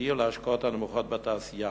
וההשקעות הנמוכות בתעשייה.